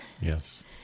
Yes